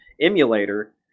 emulator